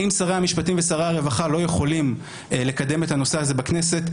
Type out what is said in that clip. אם שר המשפטים ושר הרווחה לא יכולים לקדם את הנושא הזה בכנסת,